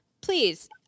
please